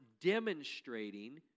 demonstrating